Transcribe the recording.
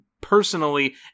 personally